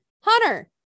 Hunter